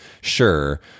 sure